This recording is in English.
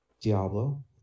Diablo